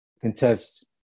contest